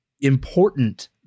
important